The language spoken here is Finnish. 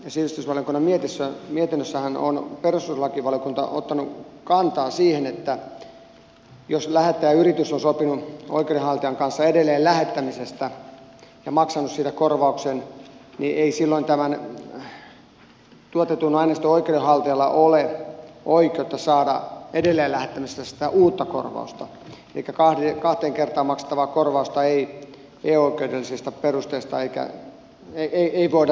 mutta tässä sivistysvaliokunnan mietinnössähän on perustuslakivaliokunta ottanut kantaa siihen että jos lähettäjäyritys on sopinut oikeudenhaltijan kanssa edelleenlähettämisestä ja maksanut siitä korvauksen niin silloin tämän tuotetun aineiston oikeudenhaltijalla ei ole oikeutta saada edelleenlähettämisestä uutta korvausta elikkä kahteen kertaan maksettavaa korvausta ei oikeudellisilla perusteilla voida hyväksyä